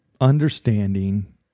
understanding